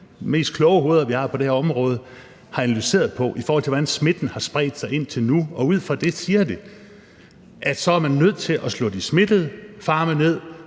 mest kloge hoveder, vi har på det her område, har analyseret på, i forhold til hvordan smitten har spredt sig indtil nu. Ud fra hvad de siger, er man nødt til at slå de smittede farme ned,